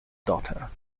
daughter